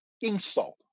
insult